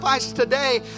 today